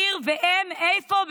עיר ואם איפה?